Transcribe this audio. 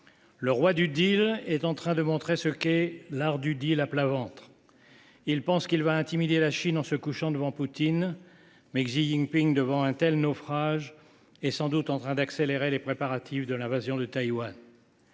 Le roi du est en train de montrer ce qu’est l’art du à plat ventre. Il pense qu’il va intimider la Chine en se couchant devant Poutine, mais Xi Jinping, devant un tel naufrage, est sans doute en train d’accélérer les préparatifs de l’invasion de Taïwan.